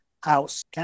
House